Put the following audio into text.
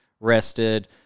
rested